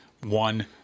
one